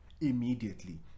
immediately